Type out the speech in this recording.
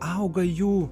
auga jų